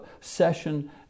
session